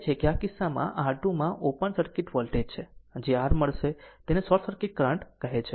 આમ વિચાર એ છે કે આ કિસ્સામાં R2 માં ઓપન સર્કિટ વોલ્ટેજ છે જે r મળશે તેને શોર્ટ સર્કિટ કરંટ કહે છે